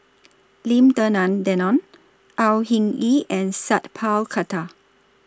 Lim Denan Denon Au Hing Yee and Sat Pal Khattar